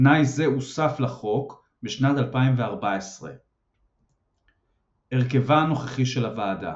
תנאי זה הוסף לחוק בשנת 2014. הרכבה הנוכחי של הוועדה